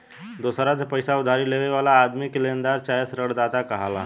दोसरा से पईसा उधारी लेवे वाला आदमी के लेनदार चाहे ऋणदाता कहाला